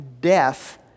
death